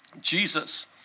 Jesus